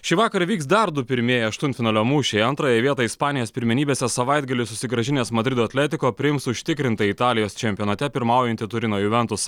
šį vakarą vyks dar du pirmieji aštuntfinalio mūšiai antrąją vietą ispanijos pirmenybėse savaitgalį susigrąžinęs madrido atletiko priims užtikrintai italijos čempionate pirmaujantį turino juventus